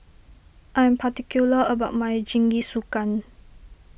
I'm particular about my Jingisukan